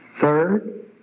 Third